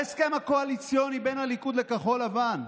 בהסכם הקואליציוני בין הליכוד לכחול לבן,